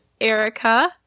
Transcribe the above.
erica